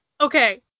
Okay